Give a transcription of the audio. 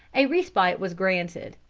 a respite was granted.